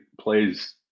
plays